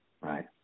right